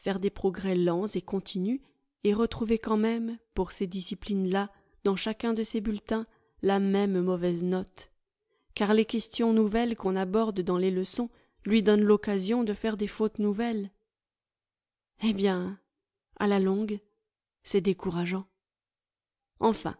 des progrès lents et continus et retrouver quand même pour ces disciplines là dans chacun de ses bulletins la même mauvaise note car les questions nouvelles qu'on aborde dans les leçons lui donnent l'occasion de faire des fautes nouvelles eh bien à la longue c'est décourageant enfin